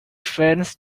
friends